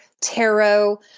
tarot